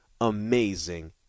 amazing